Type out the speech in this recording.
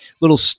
little